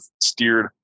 steered